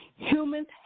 Humans